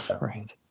right